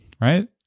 right